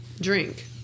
drink